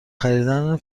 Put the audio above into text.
خریدن